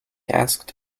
asked